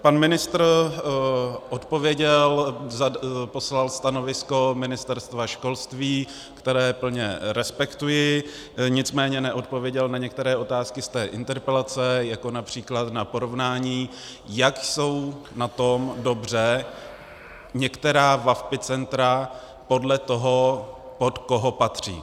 Pan ministr odpověděl, poslal stanovisko Ministerstva školství, které plně respektuji, nicméně neodpověděl na některé otázky z té interpelace, jako například na porovnání, jak dobře jsou na tom některá VaVpI centra podle toho, pod koho patří.